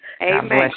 Amen